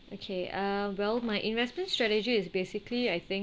okay uh well my investment strategy is basically I think